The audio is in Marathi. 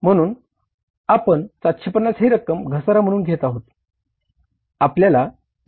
म्हणून आपण 750 ही रक्कम घसारा म्हणून घेत आहोत